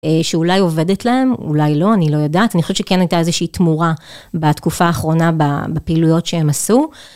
שאולי עובדת להן, אולי לא, אני לא יודעת, אני חושבת שכן הייתה איזושהי תמורה בתקופה האחרונה בפעילויות שהן עשו.